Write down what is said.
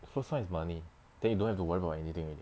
first time is money then you don't have to worry about anything already